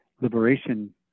liberation